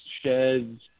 sheds